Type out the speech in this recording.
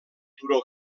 turó